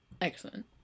excellent